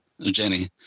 Jenny